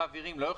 אלא גם